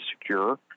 secure